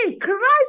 Christ